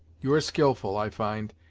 you are skilful, i find,